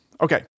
Okay